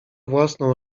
własną